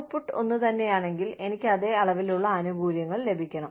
output ഒന്നുതന്നെയാണെങ്കിൽ എനിക്ക് അതേ അളവിലുള്ള ആനുകൂല്യങ്ങൾ ലഭിക്കണം